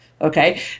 okay